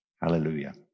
Hallelujah